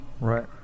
right